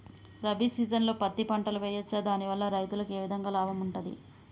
రబీ సీజన్లో పత్తి పంటలు వేయచ్చా దాని వల్ల రైతులకు ఏ విధంగా లాభం ఉంటది?